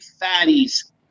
fatties